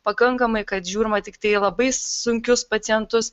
pakankamai kad žiūrima tiktai labai sunkius pacientus